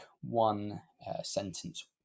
one-sentence